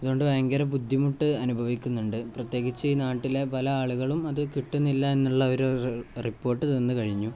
അതുകൊണ്ട് ഭയങ്കരം ബുദ്ധിമുട്ട് അനുഭവിക്കുന്നുണ്ട് പ്രത്യേകിച്ച് ഈ നാട്ടിലെ പലയാളുകളും അത് കിട്ടുന്നില്ലെന്നുള്ള ഒരു റിപ്പോർട്ട് തന്നുകഴിഞ്ഞു